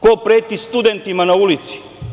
Ko preti studentima na ulici?